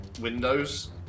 windows